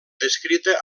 descrita